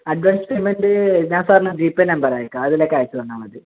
advance payment ഞാൻ സാറിന് GPay number അയക്കാം അതിലേക്ക് അയച്ചു തന്നാൽ മതി